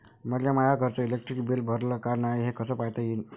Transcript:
मले माया घरचं इलेक्ट्रिक बिल भरलं का नाय, हे कस पायता येईन?